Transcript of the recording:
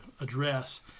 address